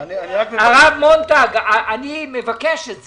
הרב מונטג, אני מבקש את זה.